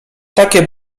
takie